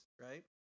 right